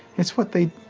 it's what they